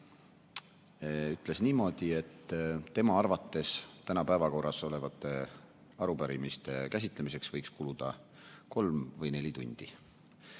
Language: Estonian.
ütles niimoodi, et tema arvates täna päevakorras olevate arupärimiste käsitlemiseks võiks kuluda kolm või neli tundi.